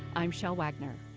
i'm shel wagner.